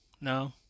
no